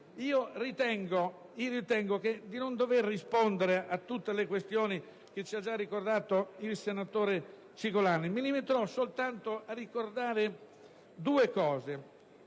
Ritengo di non dover rispondere a tutte le questioni che ci ha già ricordato il senatore Cicolani. Mi limiterò soltanto a sottolineare due